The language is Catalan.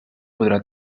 podrà